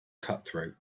cutthroat